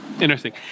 Interesting